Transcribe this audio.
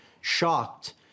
Shocked